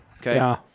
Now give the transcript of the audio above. Okay